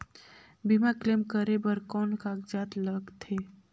बीमा क्लेम करे बर कौन कागजात लगथे?